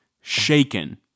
Shaken